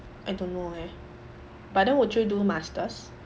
I don't know eh but then would you do masters